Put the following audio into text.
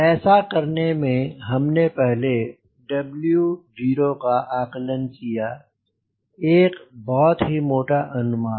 ऐसा करने में हमने पहले W0 का आकलन किया एक बहुत ही मोटा अनुमान